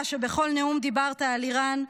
אתה, שבכל נאום דיברת על איראן,